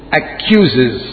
accuses